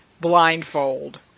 blindfold